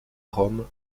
rome